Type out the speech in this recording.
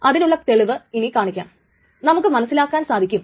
അത് ഇങ്ങനെയാണ് കാണിക്കുവാൻ സാധിക്കുക